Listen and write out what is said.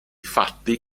fatti